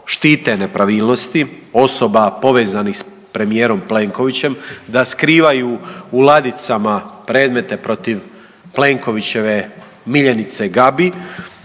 štite nepravilnosti osoba povezanih sa premijerom Plenkovićem, da skrivaju u ladicama predmete protiv Plenkovićeve miljenice Gabi